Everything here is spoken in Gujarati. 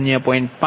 તેથી ZBUS0